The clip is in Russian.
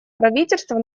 правительства